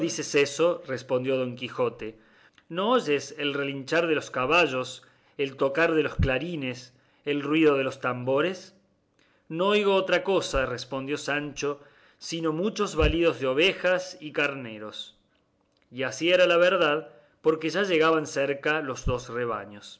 dices eso respondió don quijote no oyes el relinchar de los caballos el tocar de los clarines el ruido de los atambores no oigo otra cosa respondió sancho sino muchos balidos de ovejas y carneros y así era la verdad porque ya llegaban cerca los dos rebaños